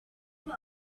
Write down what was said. they